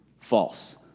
false